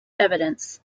evidence